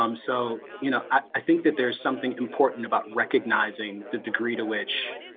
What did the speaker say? um so, you know, i think that there's something important about recognizing the degree to which